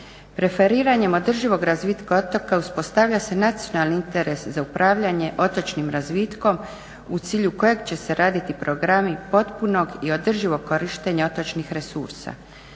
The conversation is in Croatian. Preferiranjem održivog razvitka otoka uspostavlja se nacionalni interes za upravljanjem otočnim razvitkom u cilju kojeg će se raditi programi potpunog i održivog korištenja otočnih resursa.